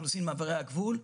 האוכלוסין ומעברי הגבול.